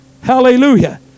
Hallelujah